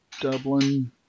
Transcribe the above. Dublin